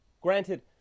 Granted